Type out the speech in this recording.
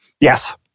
Yes